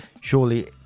surely